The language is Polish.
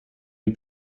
jej